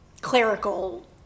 clerical